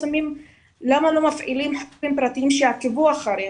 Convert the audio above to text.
למה לא מפעילים חוקרים פרטיים שיעקבו אחריהם?